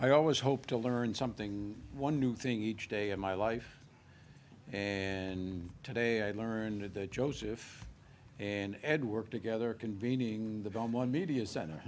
i always hope to learn something one new thing each day in my life and today i learned that joseph and ed work together convening the belmore media center